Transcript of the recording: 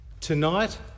tonight